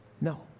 No